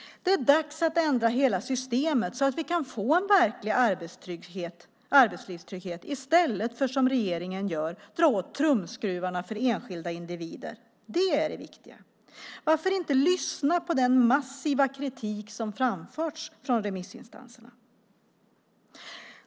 Det är dags att ändra hela systemet så att vi får en verklig arbetslivstrygghet i stället för att, som regeringen gör, dra åt tumskruvarna för enskilda individer. Det är det viktiga. Varför inte lyssna på den massiva kritik som framförts av remissinstanserna?